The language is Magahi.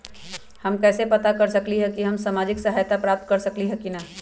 हम कैसे पता कर सकली ह की हम सामाजिक सहायता प्राप्त कर सकली ह की न?